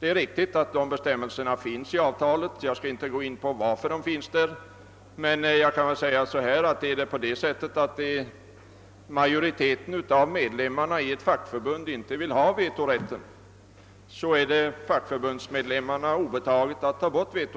Det är riktigt att bestämmelser om vetorätt finns i avtalen — jag skall inte gå in på anledningen därtill — men om majoriteten av medlemmarna i ett fackförbund inte vill ha den kan de ta bort den;